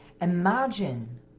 imagine